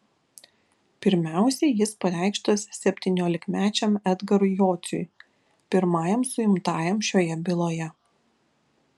pirmiausiai jis pareikštas septyniolikmečiam edgarui jociui pirmajam suimtajam šioje byloje